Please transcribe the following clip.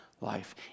life